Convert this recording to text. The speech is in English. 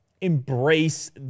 embrace